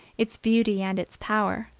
its beauty and its power,